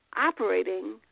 operating